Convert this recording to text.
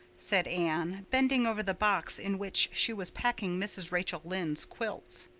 said anne, bending over the box in which she was packing mrs. rachel lynde's quilts.